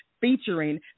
featuring